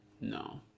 No